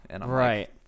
Right